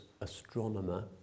astronomer